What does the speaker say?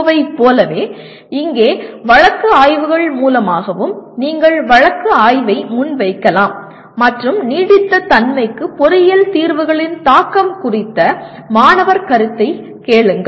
யைப் போலவே இங்கே வழக்கு ஆய்வுகள் மூலமாகவும் நீங்கள் வழக்கு ஆய்வை முன்வைக்கலாம் மற்றும் நீடித்த தன்மைக்கு பொறியியல் தீர்வுகளின் தாக்கம் குறித்த மாணவர் கருத்தை கேளுங்கள்